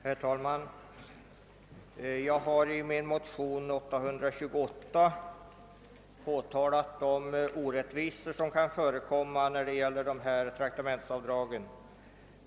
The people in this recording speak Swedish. Herr talman! Jag har i min motion II: 828 påtalat de orättvisor som kan förekomma beträffande traktamentsavdragen.